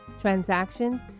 transactions